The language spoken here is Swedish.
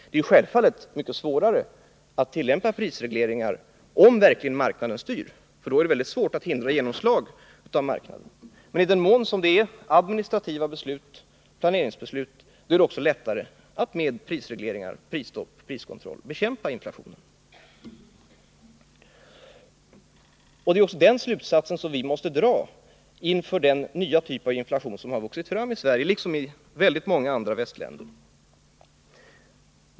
Det är självfallet mycket svårare att tillämpa prisregleringar om marknaden verkligen styr. Då är det väldigt svårt att hindra genomslag av marknaden. Men i den mån det är fråga om administrativa beslut och planeringsbeslut är det också lättare att med prisreglering, prisstopp och priskontroll bekämpa inflationen. Den slutsatsen måste vi dra inför den nya typ av inflation som har vuxit fram i Sverige liksom i väldigt många andra västländer.